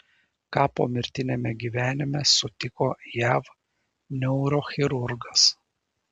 ką pomirtiniame gyvenime sutiko jav neurochirurgas